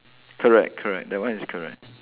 correct correct that one is correct